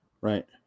Right